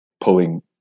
pulling